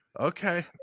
Okay